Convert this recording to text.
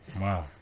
wow